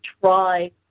try